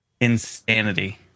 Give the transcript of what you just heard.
Insanity